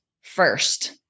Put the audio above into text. first